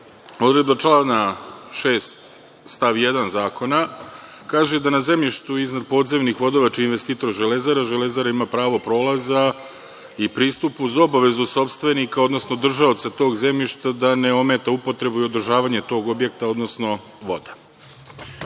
odredba člana 6. stav 1. zakona kaže da na zemljištu iznad podzemnih vodova čiji je investitor Železara, Železara ima pravo prolaza i pristup uz obavezu sopstvenika, odnosno držaoca tog zemljšta da ne ometa upotrebu i održavanje tog objekta, odnosno